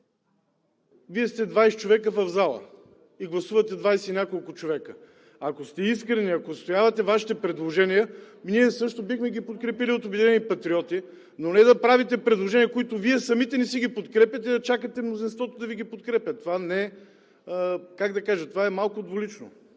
Вие сте 20 човека в зала и гласувате 20 и няколко човека. Ако сте искрени, ако отстоявате Вашите предложения, ние също бихме ги подкрепили от „Обединени патриоти“, но не да правите предложения, които Вие самите не си ги подкрепяте, а да чакате мнозинството да Ви ги подкрепя. Това е, как да